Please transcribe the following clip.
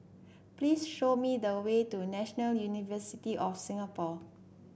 please show me the way to National University of Singapore